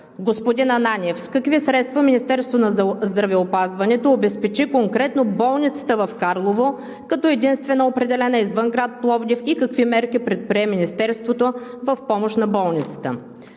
господин Ананиев с какви средства Министерството на здравеопазването обезпечи конкретно болницата в Карлово, като единствено определена извън град Пловдив и какви мерки предприе Министерството в помощ на болницата?